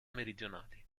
meridionali